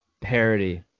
parody